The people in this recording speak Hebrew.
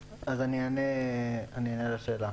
אענה על השאלה.